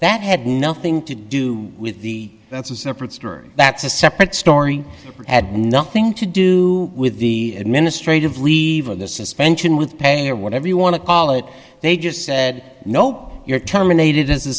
that had nothing to do with the that's a separate story that's a separate story had nothing to do with the administrative leave of the suspension with pay or whatever you want to call it they just said no you're terminated as a